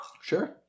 Sure